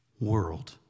world